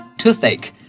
toothache